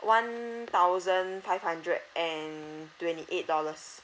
one thousand five hundred and twenty eight dollars